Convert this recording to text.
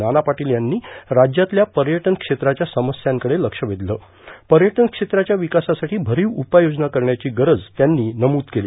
नाना पाटील यांनी राष्यातल्या पर्यटनक्षेत्राच्या समस्यांकडे लक्ष वेषलं पर्यटन क्षेत्राच्या विकासासाठी भरीव उपाययोजना करण्याची गरज त्यांनी नम्रद केली